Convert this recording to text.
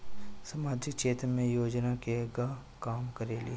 सामाजिक क्षेत्र की योजनाएं केगा काम करेले?